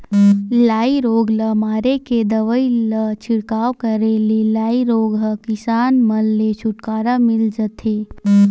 लाई रोग ल मारे के दवई ल छिड़काव करे ले लाई रोग ह किसान मन ले छुटकारा मिल जथे